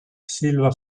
silva